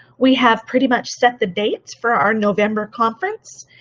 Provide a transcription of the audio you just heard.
we have pretty much set the dates for our november conference.